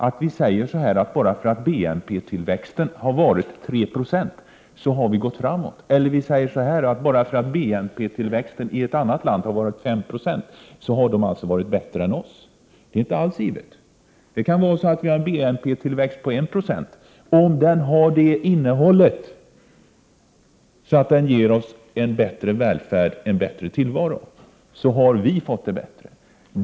Man säger så här: Bara för att BNP-tillväxten har varit 3 20 har vi gått framåt, eller: Bara för att BNP-tillväxten i ett annat land har varit 5 96 har det landet lyckats bättre än Sverige. Det är inte alls givet. En BNP-tillväxt på 1 26 kan — om den har det innehållet att den ger oss en bättre välfärd och en bättre tillvaro — medföra att svenskarna har fått det bättre.